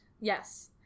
yes